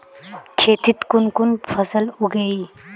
खेतीत कुन कुन फसल उगेई?